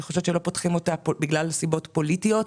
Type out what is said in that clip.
אני חושבת שלא פותחים אותה בגלל סיבות פוליטיות.